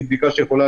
יכולה